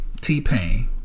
T-Pain